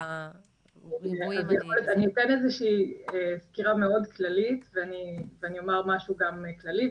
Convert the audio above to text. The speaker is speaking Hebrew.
אז אני אתן איזושהי סקירה מאוד כללית ואני אומר משהו גם כללי,